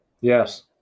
Yes